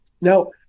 Now